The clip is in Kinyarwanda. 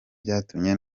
byatumye